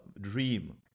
dream